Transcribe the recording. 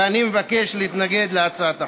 ואני מבקש להתנגד להצעת החוק.